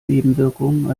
nebenwirkungen